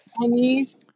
Chinese